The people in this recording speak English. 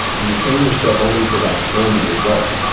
and you train yourself only for that end result,